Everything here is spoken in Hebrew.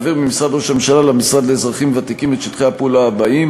להעביר ממשרד ראש הממשלה למשרד לאזרחים ותיקים את שטחי הפעולה האלה: